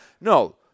No